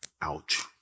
Ouch